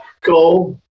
go